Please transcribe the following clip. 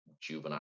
juvenile